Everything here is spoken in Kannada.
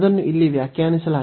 ಅದನ್ನು ಇಲ್ಲಿ ವ್ಯಾಖ್ಯಾನಿಸಲಾಗಿದೆ